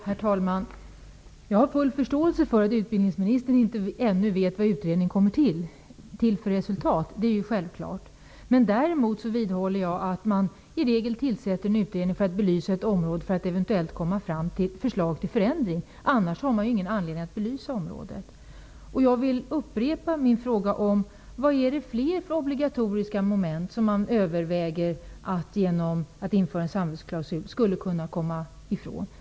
Herr talman! Jag har full förståelse för att utbildningsministern inte ännu vet vilket resultat utredningen kommer fram till. Däremot vidhåller jag att man i regel tillsätter en utredning för att belysa ett område för att eventuellt komma fram till ett förslag till förändring. Annars har man ingen anledning att belysa området. Jag vill upprepa min fråga: Vad är det för fler obligatoriska moment som man genom en samvetsklausul skulle kunna komma ifrån?